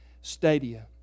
stadia